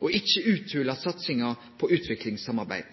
og ikkje undergrave satsinga på utviklingssamarbeid.